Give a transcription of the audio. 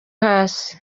hasi